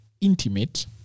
intimate